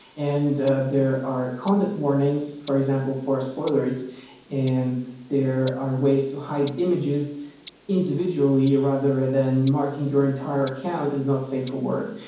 and there are content warnings, for example, for spoilers and there are ways to hide images individually rather than marking your entire account as not safe for work.